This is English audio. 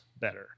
better